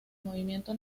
movimiento